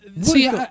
see